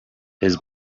his